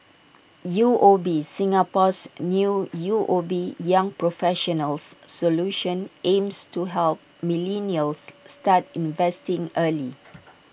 U O B Singapore's new U O B young professionals solution aims to help millennials start investing early